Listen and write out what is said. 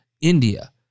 India